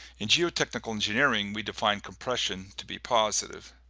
in geotechnical engineering we define compression to be positive,